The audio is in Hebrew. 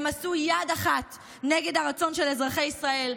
עשו יד אחת נגד הרצון של אזרחי ישראל,